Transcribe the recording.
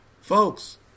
Folks